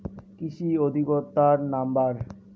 কৃষি অধিকর্তার নাম্বার?